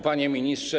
Panie Ministrze!